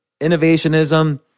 innovationism